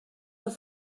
oes